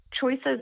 choices